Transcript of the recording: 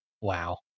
Wow